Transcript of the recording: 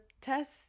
test